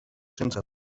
cents